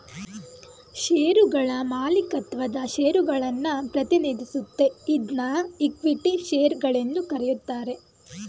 ಶೇರುಗಳ ಮಾಲೀಕತ್ವದ ಷೇರುಗಳನ್ನ ಪ್ರತಿನಿಧಿಸುತ್ತೆ ಇದ್ನಾ ಇಕ್ವಿಟಿ ಶೇರು ಗಳೆಂದು ಕರೆಯುತ್ತಾರೆ